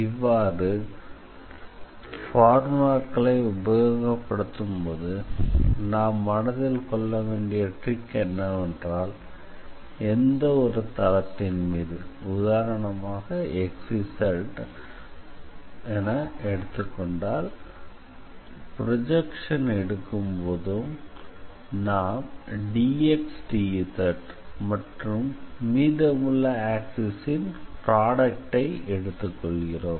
இவ்வாறு பார்முலாக்களை உபயோகப்படுத்தும் போது நாம் மனதில் கொள்ளவேண்டிய ட்ரிக் என்னவென்றால் எந்த ஒரு தளத்தின் மீது உதாரணமாக xz ப்ரொஜெக்ஷன் எடுக்கும்போதும் நாம் dxdz மற்றும் மீதமுள்ள ஆக்சிஸ் ன் ப்ராடக்டை எடுத்துக்கொள்கிறோம்